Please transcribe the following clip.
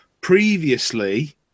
Previously